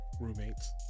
Roommates